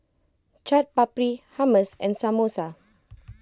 Chaat Papri Hummus and Samosa